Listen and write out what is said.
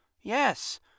Yes